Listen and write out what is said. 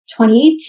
2018